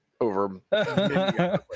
over